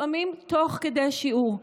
לפעמים תוך כדי שיעור.